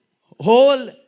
whole